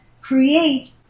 create